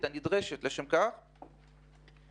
מתקדמת הנדרשת לשם התמודדות עם פשיעה זו.